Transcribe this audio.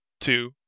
two